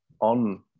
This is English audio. on